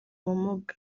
ubumuga